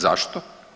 Zašto?